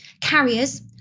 carriers